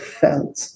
felt